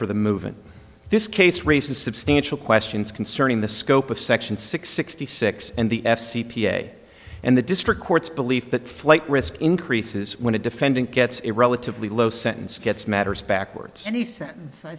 for the movement this case raises substantial questions concerning the scope of section six sixty six and the f c p day and the district court's belief that flight risk increases when a defendant gets a relatively low sentence gets matters backwards and he said